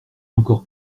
encore